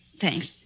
Thanks